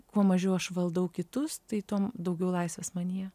kuo mažiau aš valdau kitus tai tuo daugiau laisvės manyje